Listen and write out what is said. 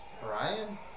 Brian